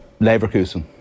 Leverkusen